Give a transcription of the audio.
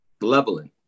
leveling